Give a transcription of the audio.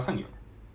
会有 ice cream